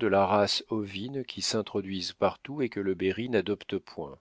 de la race ovine qui s'introduisent partout et que le berry n'adopte point